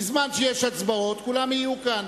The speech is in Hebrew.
בזמן שיש הצבעות, כולם יהיו כאן.